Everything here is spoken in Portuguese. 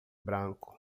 branco